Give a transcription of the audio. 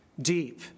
deep